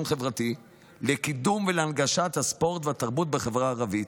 חברתי לקידום ולהנגשת הספורט והתרבות בחברה הערבית,